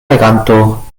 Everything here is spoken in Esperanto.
reganto